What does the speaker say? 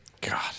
God